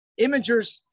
Imagers